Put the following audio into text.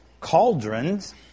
cauldrons